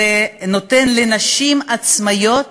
זה נותן לנשים עצמאיות